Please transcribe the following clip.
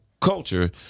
culture